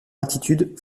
attitude